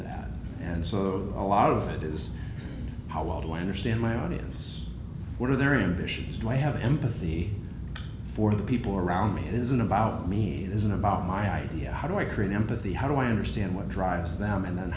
that and so a lot of it is how do i understand my audience what are their ambitions do i have empathy for the people around me it isn't about me it isn't about my idea how do i create empathy how do i understand what drives them and then